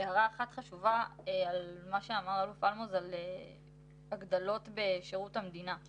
הערה אחת חשובה על מה שאמר האלוף אלמוז על הגדלות בשירות המדינה.